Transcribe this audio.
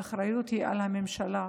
האחריות היא על הממשלה,